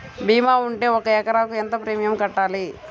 భీమా ఉంటే ఒక ఎకరాకు ఎంత ప్రీమియం కట్టాలి?